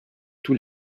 tous